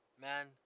man